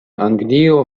anglio